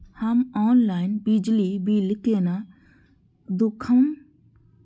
हम ऑनलाईन बिजली बील केना दूखमब?